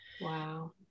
Wow